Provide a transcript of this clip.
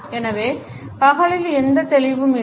எனவே பகலில் எந்த தெளிவும் இல்லை